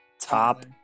Top